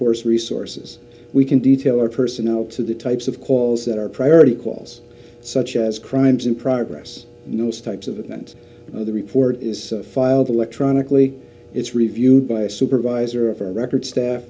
course resources we can detail our personnel to the types of calls that our priority calls such as crimes in progress and those types of events the report is filed electronically it's reviewed by a supervisor of record staff